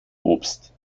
obst